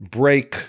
break